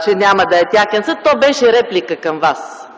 - че няма да е техен съд. То беше един вид реплика към Вас.